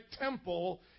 temple